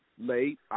late